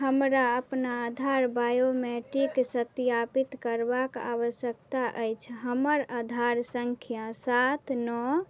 हमरा अपना आधार बायोमेट्रिक सत्यापित करबाक आवश्यकता अछि हमर आधार सँख्या सात नओ